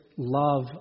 Love